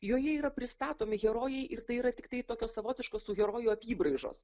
joje yra pristatomi herojai ir tai yra tiktai tokios savotiškos tų herojų apybraižos